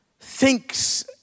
thinks